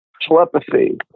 telepathy